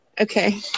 Okay